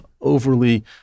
overly